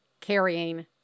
carrying